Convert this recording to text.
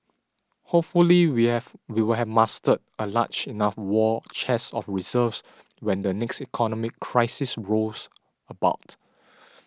hopefully we have we will have mustered a large enough war chest of reserves when the next economic crisis rolls about